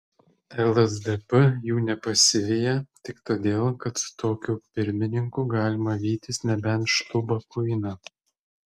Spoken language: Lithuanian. lsdp jų nepasiveja tik todėl kad su tokiu pirmininku galima vytis nebent šlubą kuiną